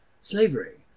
slavery